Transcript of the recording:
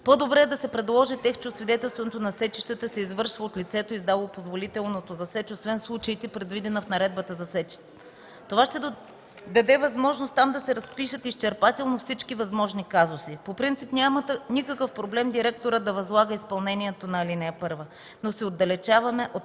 По-добре да се предложи текст, че освидетелстването на сечищата се извършва от лицето, издало позволителното за сеч, освен в случаите, предвидени в Наредбата за сечите. Това ще даде възможност там да се разпишат изчерпателно всички възможни казуси. По принцип няма никакъв проблем директорът да възлага изпълнението на ал. 1, но се отдалечаваме от